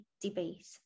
debate